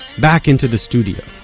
back into the studio.